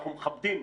אנחנו מכבדים,